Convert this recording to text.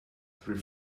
three